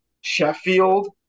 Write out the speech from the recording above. Sheffield